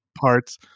parts